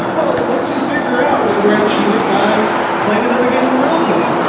well, let's just figure out whether i cheated by playing another game of monopoly.